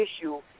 issue